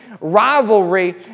rivalry